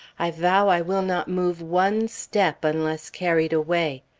i vow i will not move one step, unless carried away.